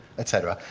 etc,